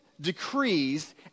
decrees